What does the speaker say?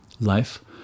life